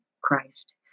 Christ